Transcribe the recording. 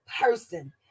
person